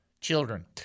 children